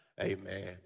Amen